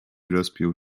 rozpiął